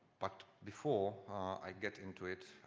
but before i get into it,